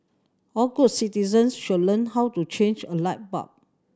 all good citizens should learn how to change a light bulb